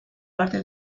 parte